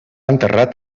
enterrat